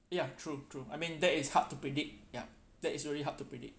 ya true true I mean that is hard to predict ya that is really hard to predict